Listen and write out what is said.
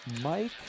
Mike